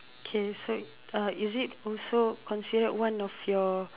K so uh is it also considered one of your